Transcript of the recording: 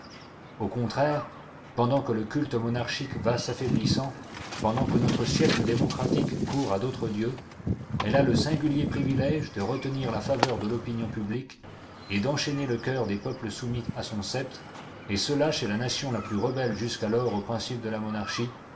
au contraire pendant que le culte monarchique va s'affaiblissant pendant que notre siècle démocratique court à d'autres dieux elle a le singulier privilège de retenir la faveur de l'opinion publique et d'enchainer le cœur des peuple soumis à son sceptre et cela chez la nation la plus rebelle jusqu'alors au principe de la monarchie